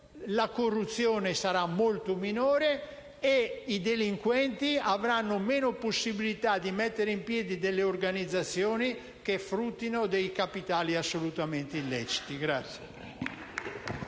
la corruzione sarà molto minore e i delinquenti avranno meno possibilità di mettere in piedi organizzazioni che fruttino dei capitali assolutamente illeciti.